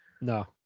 No